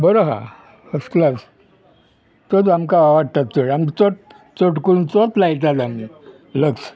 बरो आहा first class तोच आमकां आवडटा चड आमकां चड चड करून तोत लायताले आमी लक्स